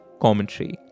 commentary